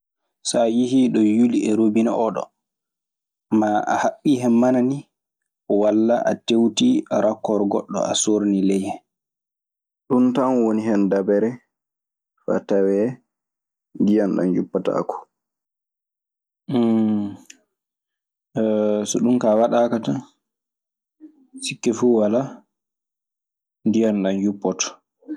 So a yihii ɗo yuli e robiŋ oo ɗoo, maa a haɓɓii hen mana nii, walla a tewtii rakkoor goɗɗo, a soornii ley hen. Ɗun tan woni hen dabere faa tawee ndiyan ɗan yuppataako. So ɗun kaa waɗaaka tan, sikke fuu walaa ndiyan ɗan yuppoto.